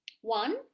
One